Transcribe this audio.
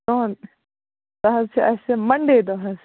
تُہُنٛد یہِ حظ چھِ اَسہِ مَنٛڈے دۄہ حظ